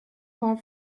far